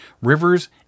rivers